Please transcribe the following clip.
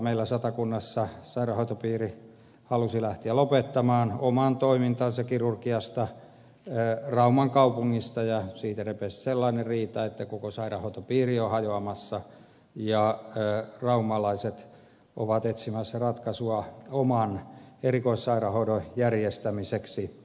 meillä satakunnassa sairaanhoitopiiri halusi lähteä lopettamaan oman toimintansa kirurgiasta rauman kaupungista ja siitä repesi sellainen riita että koko sairaanhoitopiiri on hajoamassa ja raumalaiset ovat etsimässä ratkaisua oman erikoissairaanhoitonsa järjestämiseksi